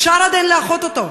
אפשר עדיין לאחות אותו,